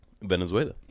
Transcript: venezuela